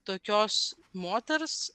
tokios moters